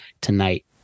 tonight